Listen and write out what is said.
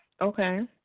Okay